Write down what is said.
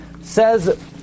Says